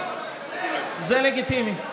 זה לגיטימי.